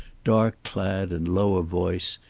dark clad and low of voice,